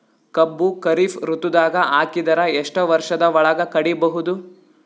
ಕಬ್ಬು ಖರೀಫ್ ಋತುದಾಗ ಹಾಕಿದರ ಎಷ್ಟ ವರ್ಷದ ಒಳಗ ಕಡಿಬಹುದು?